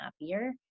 happier